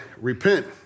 Repent